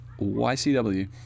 YCW